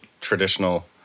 traditional